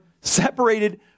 separated